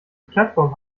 plattform